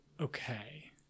Okay